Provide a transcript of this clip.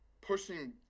pushing